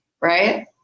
right